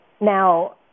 now